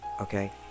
okay